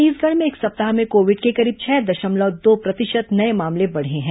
छत्तीसगढ में एक सप्ताह में कोविड के करीब छह दशमलव दो प्रतिशत नए मामले बढ़े हैं